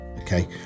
okay